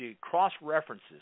cross-references